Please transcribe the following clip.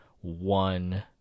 one